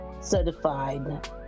certified